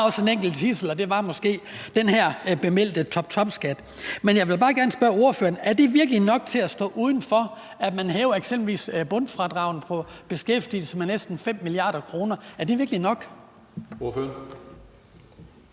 at der også var en enkelt tidsel, og det var måske den her bemeldte toptopskat. Jeg vil bare gerne spørge ordføreren, om det virkelig er nok til at stå uden for, når man eksempelvis hæver bundfradraget på beskæftigelse med næsten 5 mia. kr. Er det virkelig nok?